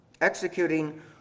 executing